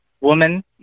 Woman